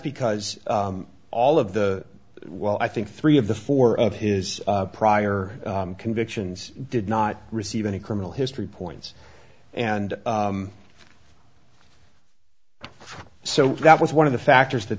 because all of the while i think three of the four of his prior convictions did not receive any criminal history points and so that was one of the factors that